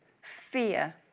fear